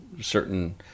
certain